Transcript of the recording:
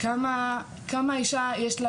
כמה האישה היא,